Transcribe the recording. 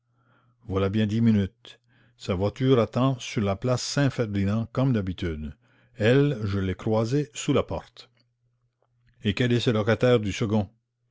voilà bien dix minutes sa voiture attend sur la place saint ferdinand comme d'habitude elle je l'ai croisée sous la porte et quel est ce locataire du second